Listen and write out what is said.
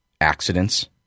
accidents